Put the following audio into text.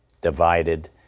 divided